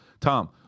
Tom